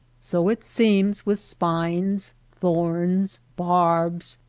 so it seems with spines, thorns, barbs,